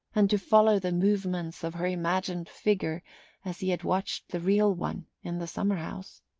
and to follow the movements of her imagined figure as he had watched the real one in the summer-house.